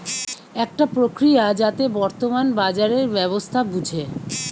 একটা প্রক্রিয়া যাতে বর্তমান বাজারের ব্যবস্থা বুঝে